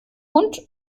hund